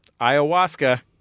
Ayahuasca